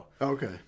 Okay